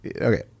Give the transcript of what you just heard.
Okay